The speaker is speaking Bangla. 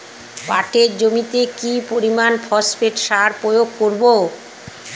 পাটের জমিতে কি পরিমান ফসফেট সার প্রয়োগ করব?